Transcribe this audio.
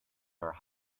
are